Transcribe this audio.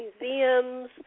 museums